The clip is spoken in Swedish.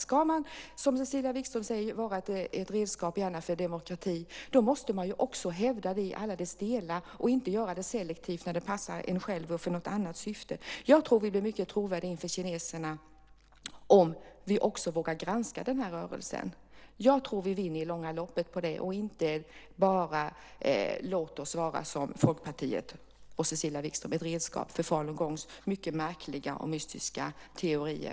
Ska man som Cecilia Wigström säger vara ett redskap för demokrati måste man också hävda den i alla dess delar och inte göra det selektivt när det passar en själv för något annat syfte. Vi blir mycket trovärdiga inför kineserna om vi också vågar granska rörelsen. Jag tror att vi vinner på det i det långa loppet, inte som Folkpartiet och Cecilia Wigström låta oss vara ett redskap för falungongs mycket märkliga och mystiska teorier.